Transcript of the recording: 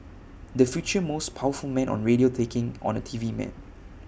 the future most powerful man on radio taking on A T V man